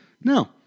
No